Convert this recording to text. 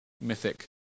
mythic